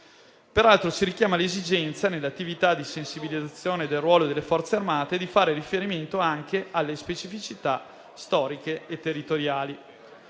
Peraltro, si richiama l'esigenza nelle attività di sensibilizzazione del ruolo delle Forze armate di fare riferimento anche alle specificità storiche e territoriali.